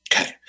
Okay